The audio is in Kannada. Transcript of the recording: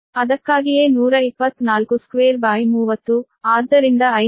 ಆದ್ದರಿಂದ ಅದಕ್ಕಾಗಿಯೇ 124230 ಆದ್ದರಿಂದ 512